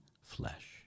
flesh